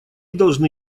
должны